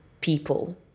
people